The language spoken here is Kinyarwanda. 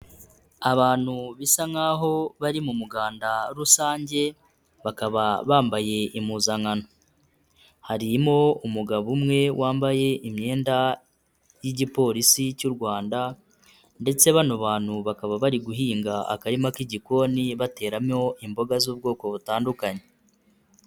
Abantu bisa nkaho bari mu muganda rusange, bakaba bambaye impuzankano. Harimo umugabo umwe wambaye imyenda y'Igipolisi cy'u Rwanda, ndetse bano bantu bakaba bari guhinga akarima k'igikoni bateramo imboga z'ubwoko butandukanye.